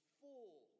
full